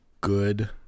good